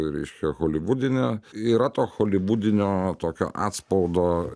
reiškia holivudinį yra to holivudinio tokio atspaudo